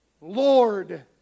lord